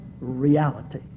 reality